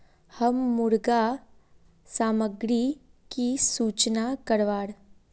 हम मुर्गा सामग्री की सूचना करवार?